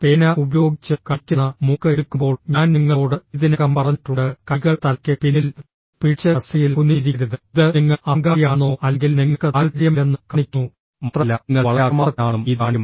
പേന ഉപയോഗിച്ച് കളിക്കുന്ന മൂക്ക് എടുക്കുമ്പോൾ ഞാൻ നിങ്ങളോട് ഇതിനകം പറഞ്ഞിട്ടുണ്ട് കൈകൾ തലയ്ക്ക് പിന്നിൽ പിടിച്ച് കസേരയിൽ കുനിഞ്ഞിരിക്കരുത് ഇത് നിങ്ങൾ അഹങ്കാരിയാണെന്നോ അല്ലെങ്കിൽ നിങ്ങൾക്ക് താൽപ്പര്യമില്ലെന്നും കാണിക്കുന്നു മാത്രമല്ല നിങ്ങൾ വളരെ അക്രമാസക്തനാണെന്നും ഇത് കാണിക്കും